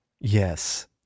Yes